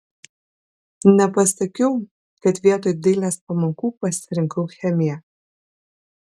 nepasakiau kad vietoj dailės pamokų pasirinkau chemiją